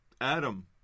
Adam